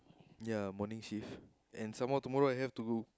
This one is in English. ya morning shift and some more tomorrow I have to